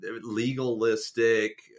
legalistic